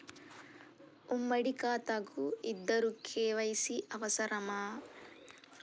ఉమ్మడి ఖాతా కు ఇద్దరు కే.వై.సీ అవసరమా?